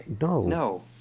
No